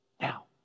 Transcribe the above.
Now